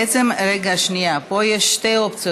רגע, שנייה, פה יש שתי אופציות.